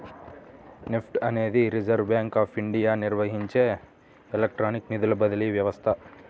NEFT అనేది reserve bank of ఇండియాచే నిర్వహించబడే ఎలక్ట్రానిక్ నిధుల బదిలీ వ్యవస్థ